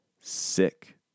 sick